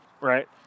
right